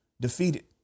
defeated